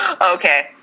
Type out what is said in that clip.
Okay